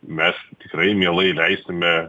mes tikrai mielai leisime